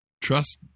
Trust